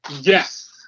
Yes